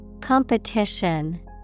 Competition